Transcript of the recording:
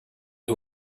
who